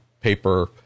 paper